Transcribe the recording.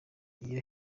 iyo